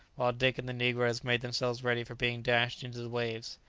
while dick and the negroes made themselves ready for being dashed into the waves.